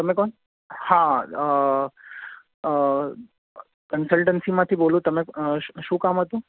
તમે કોણ હા કન્સલ્ટન્સીમાંથી બોલું તમે શું કામ હતું